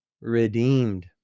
redeemed